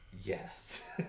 yes